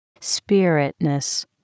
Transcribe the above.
spiritness